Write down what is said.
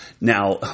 Now